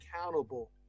accountable